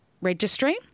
registry